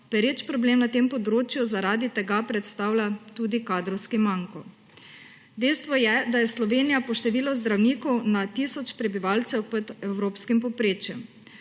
pereč problem na tem področju zaradi tega predstavlja tudi kadrovski manko. Dejstvo je, da je Slovenija po številu zdravnikov na tisoč prebivalcev pod evropskim povprečjem.